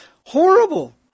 horrible